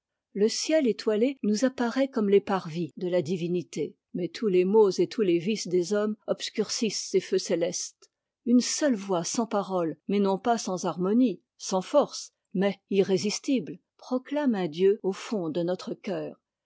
le ciel étoilé nous apparaît comme les parvis de la divinité mais tous les maux et tous les vices des hommes obscurcissent ces feux célestes une seule voix sans parole mais non pas sans harmonie sans force mais irrésistible proclame un dieu au fond de notre cœur